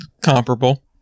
comparable